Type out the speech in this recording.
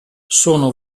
sono